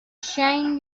shane